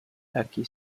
aquí